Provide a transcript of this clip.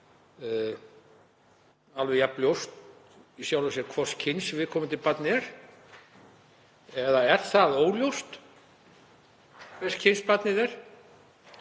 alveg jafn ljóst í sjálfu sér hvors kyns viðkomandi barn er, eða er það óljóst hvers kyns barnið er?